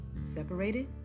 Separated